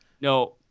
No